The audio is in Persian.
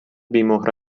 بیمهره